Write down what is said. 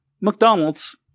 McDonald's